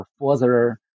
further